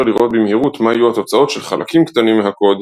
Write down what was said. מאפשר לראות במהירות מה יהיו התוצאות של חלקים קטנים מהקוד,